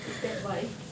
is that why